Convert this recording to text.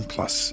Plus